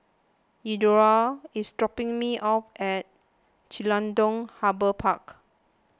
Eduardo is dropping me off at Jelutung Harbour Park